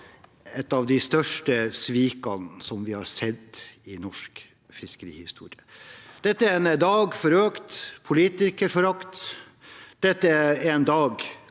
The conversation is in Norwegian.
et av de største svikene vi har sett i norsk fiskerihistorie. Dette er en dag for økt politikerforakt. Dette er en dag